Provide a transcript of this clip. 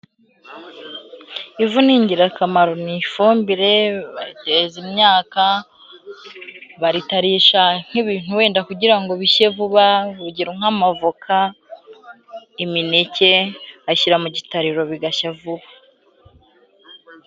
Ivu ni ingirakamaro, ni ifumbire bateza imyaka baritarisha nk'ibintu wenda kugira ngo bishye vuba urugero nk'amavoka, imineke ashyira mu gitariro bigashya vuba.